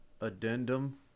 addendum